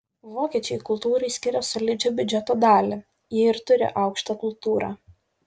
vokiečiai kultūrai skiria solidžią biudžeto dalį jie ir turi aukštą kultūrą